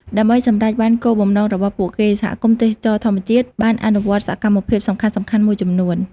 ដើម្បីសម្រេចបានគោលបំណងរបស់ពួកគេ សហគមន៍ទេសចរណ៍ធម្មជាតិបានអនុវត្តសកម្មភាពសំខាន់ៗមួយចំនួន។